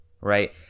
right